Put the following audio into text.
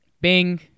Bing